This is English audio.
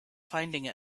finding